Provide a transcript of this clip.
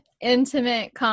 Intimate